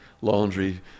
laundry